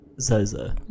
Zozo